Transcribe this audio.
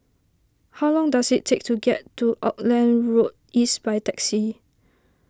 how long does it take to get to Auckland Road East by taxi